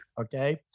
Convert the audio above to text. okay